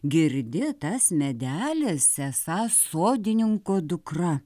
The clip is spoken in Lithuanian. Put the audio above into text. girdi tas medelis esąs sodininko dukra